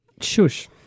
Shush